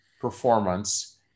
performance